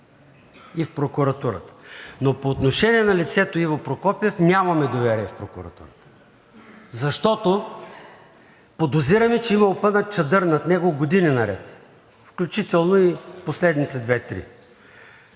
и в прокуратурата. По отношение на лицето Иво Прокопиев нямаме доверие в прокуратурата, защото подозираме, че има опънат чадър над него години наред, включително в последните 2